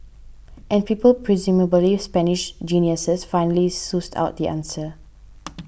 and people presumably Spanish geniuses finally sussed out the answer